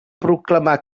proclamar